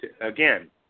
again